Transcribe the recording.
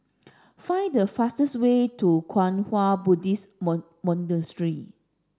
Find the fastest way to Kwang Hua Buddhist Monastery